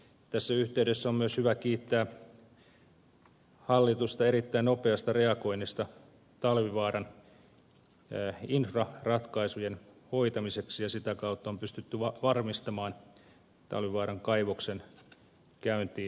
tässä yhteydessä on myös hyvä kiittää hallitusta erittäin nopeasta reagoinnista talvivaaran infraratkaisujen hoitamiseksi ja sitä kautta on pystytty varmistamaan talvivaaran kaivoksen käyntiinlähtö